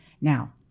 Now